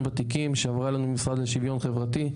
ותיקים שעברו אלינו מהמשרד לשוויון חברתי,